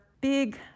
big